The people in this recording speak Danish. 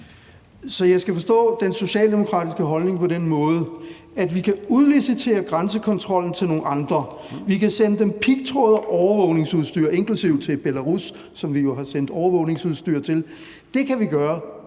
Så jeg skal forstå den socialdemokratiske holdning på den måde, at vi kan udlicitere grænsekontrollen til nogle andre, og at vi kan sende dem pigtråd og overvågningsudstyr, inklusive til Belarus, som vi jo har sendt overvågningsudstyr til, uden at påtage